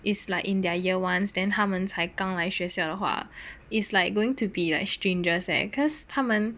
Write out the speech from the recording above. is like in their year ones then 他们才刚来学校的话 is like going to be like strangers eh cause 他们